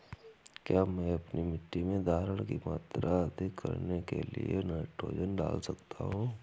क्या मैं अपनी मिट्टी में धारण की मात्रा अधिक करने के लिए नाइट्रोजन डाल सकता हूँ?